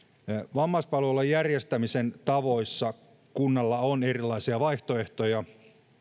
vammaispalvelujen järjestämisen tavoissa kunnalla on erilaisia vaihtoehtoja